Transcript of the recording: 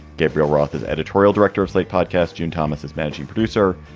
gabriel roth is editorial director of slate podcast. june thomas is managing producer.